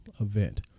event